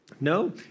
No